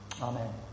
Amen